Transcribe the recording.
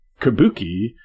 kabuki